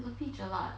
is a bit jelak